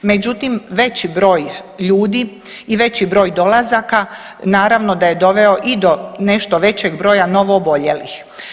Međutim, veći broj ljudi i veći broj dolazaka naravno da je doveo i do nešto većeg broja novooboljelih.